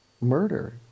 murder